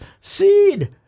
Seed